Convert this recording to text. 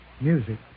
music